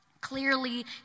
Clearly